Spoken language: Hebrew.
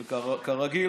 וכרגיל,